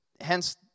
Hence